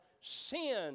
Sin